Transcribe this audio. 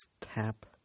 tap